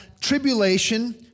tribulation